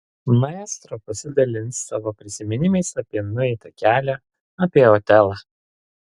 maestro pasidalins savo prisiminimais apie nueitą kelią apie otelą